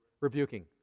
Rebuking